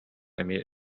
эмиэ